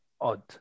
odd